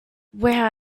where